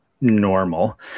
normal